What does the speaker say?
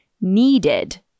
needed